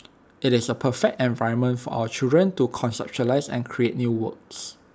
IT is A perfect environment for our children to conceptualise and create new works